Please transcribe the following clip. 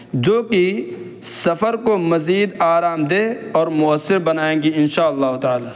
جو کہ سفر کو مزید آرام دہ اور مؤثر بنائیں گی ان شاء اللہ تعالیٰ